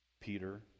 Peter